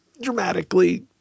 dramatically